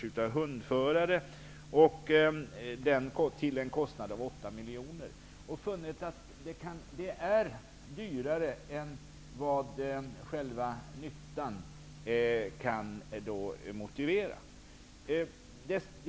Man har funnit att det är dyrare än vad själva nyttan kan motivera.